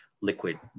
liquid